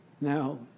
Now